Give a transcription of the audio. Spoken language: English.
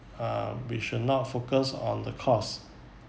uh we should not focus on the cost